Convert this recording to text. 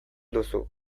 duzu